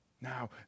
Now